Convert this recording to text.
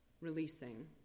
releasing